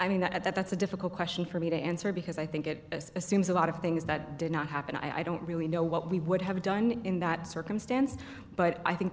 i mean that's a difficult question for me to answer because i think it assumes a lot of things that did not happen i don't really know what we would have done in that circumstance but i think the